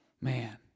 man